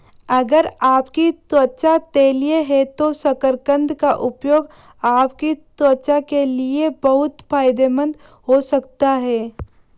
अगर आपकी त्वचा तैलीय है तो शकरकंद का उपयोग आपकी त्वचा के लिए बहुत फायदेमंद हो सकता है